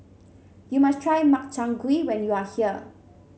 you must try Makchang Gui when you are here